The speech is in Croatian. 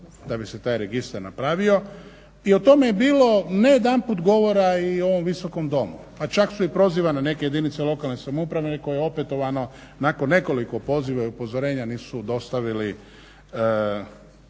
da bi se taj registar napravio i o tome je bilo ne jedanput govora i u ovom Viskom domu pa čak su i prozivane neke jedinice lokalne samouprave koje opetovano nakon nekoliko poziva i upozorenja nisu dostavili